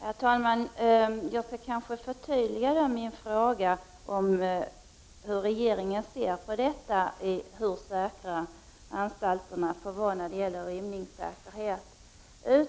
Herr talman! Jag skall kanske förtydliga min fråga om hur säkra regeringen anser att anstalterna bör vara ur rymningssynpunkt.